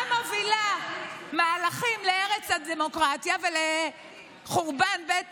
גם מובילה מהלכים להרס הדמוקרטיה ולחורבן בית